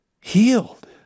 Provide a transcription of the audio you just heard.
healed